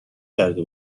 کرده